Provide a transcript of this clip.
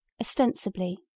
Ostensibly